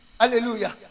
Hallelujah